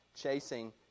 chasing